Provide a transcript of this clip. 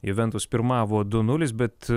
juventus pirmavo du nulis bet